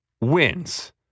wins